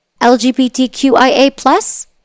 LGBTQIA+